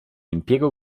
impiego